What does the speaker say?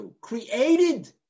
created